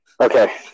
okay